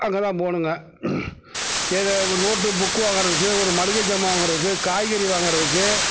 அங்கேதான் போகணுங்க ஏது நோட்டு புக்கு வாங்குறதுக்கு ஒரு மளிகை சாமான் வாங்குறதுக்கு காய்கறி வாங்குறதுக்கு